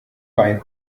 wein